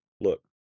look